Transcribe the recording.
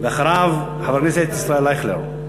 ואחריו, חבר הכנסת ישראל אייכלר.